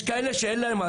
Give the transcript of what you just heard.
יש כאלה שאין להם.